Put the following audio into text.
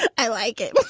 i like it.